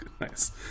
nice